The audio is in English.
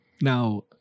now